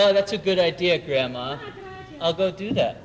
well that's a good idea grandma i'll go do that